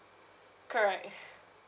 correct